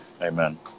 Amen